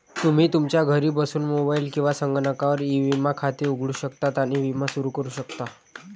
तुम्ही तुमच्या घरी बसून मोबाईल किंवा संगणकावर ई विमा खाते उघडू शकता आणि विमा सुरू करू शकता